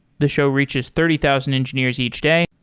the show reaches thirty thousand engineers each day,